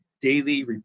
daily